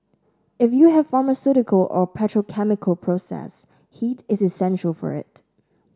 if you have pharmaceutical or petrochemical process heat is essential for it